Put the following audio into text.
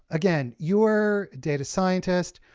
again, you're a data scientist,